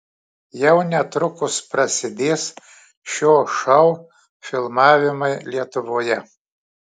jau netrukus prasidės šio šou filmavimai lietuvoje